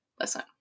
Listen